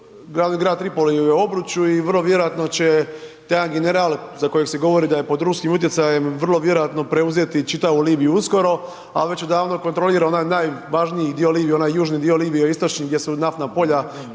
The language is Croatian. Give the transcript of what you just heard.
grad u Tripoliju je u obručju i vrlo vjerojatno će taj jedan general za kojeg se govori da je pod ruskim utjecajem, vrlo vjerojatno preuzeti čitavu Libiju uskoro, a već odavno kontrolira onaj najvažniji dio Libije, onaj južni dio Libije, istočni, gdje su naftna polja,